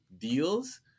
deals